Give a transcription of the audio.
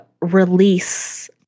release